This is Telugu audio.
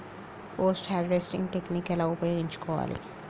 పోస్ట్ హార్వెస్టింగ్ టెక్నిక్ ఎలా ఉపయోగించుకోవాలి?